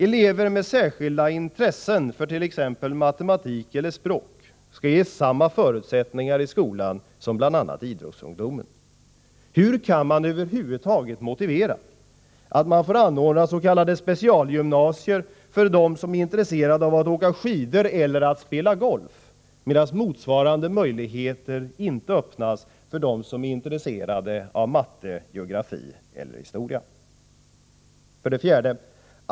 Elever med särskilt intresse för t.ex. matematik eller språk skall ges samma förutsättningar i skolan som bl.a. idrottsungdomen. Hur kan man över huvud taget motivera att man får anordna s.k. specialgymnasier för dem som är intresserade av att åka skidor eller att spela golf, medan motsvarande möjligheter inte står öppna för dem som är intresserade av matte, geografi eller historia. 4.